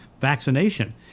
vaccination